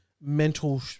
mental